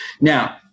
Now